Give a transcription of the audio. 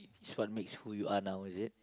it's what makes who you are now is it